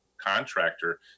contractor